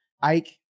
Ike